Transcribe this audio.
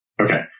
Okay